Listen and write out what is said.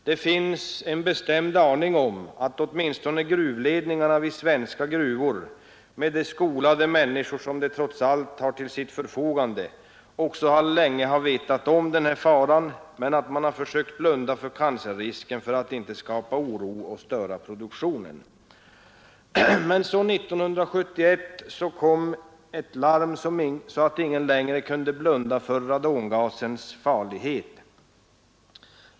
Det finns en bestämd aning om att åtminstone gruvledningarna vid svenska gruvor, med de skolade människor som de trots allt har till sitt förfogande, också länge har vetat om denna fara men försökt blunda för cancerrisken för att inte skapa oro och störa produktionen. Men 1971 kom ett larm så att ingen längre kunde blunda för radongasens farlighet.